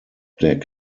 deck